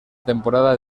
temporada